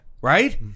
Right